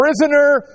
prisoner